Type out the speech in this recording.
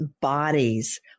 bodies